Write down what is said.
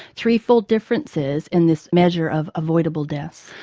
three-fold differences in this measure of avoidable deaths.